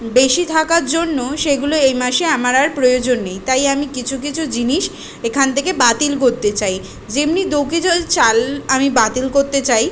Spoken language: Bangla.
বেশি থাকার জন্য সেগুলো এই মাসে আমার আর প্রয়োজন নেই তাই আমি কিছু কিছু জিনিস এখান থেকে বাতিল করতে চাই যেমনি দো কেজি চাল আমি বাতিল করতে চাই